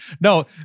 No